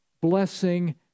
blessing